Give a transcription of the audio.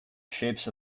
ships